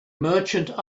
merchant